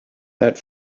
that